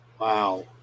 Wow